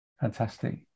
Fantastic